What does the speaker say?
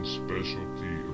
specialty